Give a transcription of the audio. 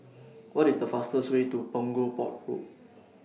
What IS The fastest Way to Punggol Port Road